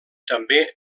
també